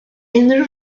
unrhyw